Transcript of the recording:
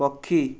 ପକ୍ଷୀ